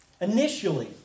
initially